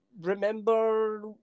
remember